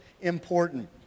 important